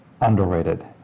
Underrated